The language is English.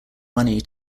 money